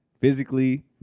physically